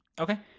Okay